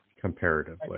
comparatively